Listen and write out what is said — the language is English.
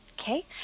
Okay